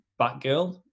Batgirl